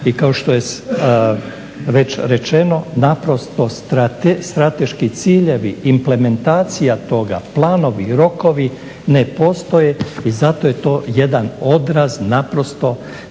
I kao što je rečeno, naprosto strateški ciljevi, implementacija toga, planovi, rokovi ne postoje i zato je to jedan odraz naprosto